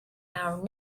our